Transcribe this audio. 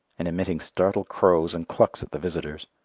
and emitting startled crows and clucks at the visitors.